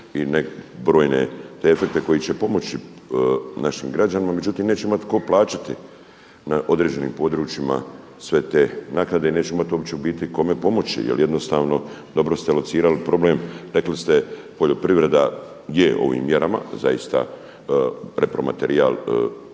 i brojne te efekte koji će pomoći našim građanima. Međutim, neće imati tko plaćati na određenim područjima sve te naknade i neće imati uopće u biti kome pomoći, jer jednostavno dobro ste locirali problem. Rekli ste poljoprivreda je u ovim mjerama zaista repromaterijal